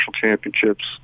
championships